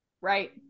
Right